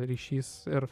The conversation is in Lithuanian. ryšys ir